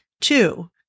Two